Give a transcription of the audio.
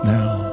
now